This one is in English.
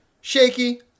shaky